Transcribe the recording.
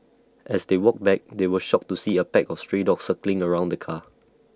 as they walked back they were shocked to see A pack of stray dogs circling around the car